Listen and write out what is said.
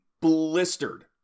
blistered